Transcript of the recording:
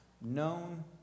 known